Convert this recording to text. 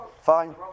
fine